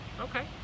Okay